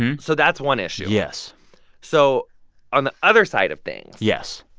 so that's one issue yes so on the other side of things. yes.